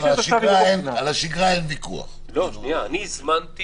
הזמנתי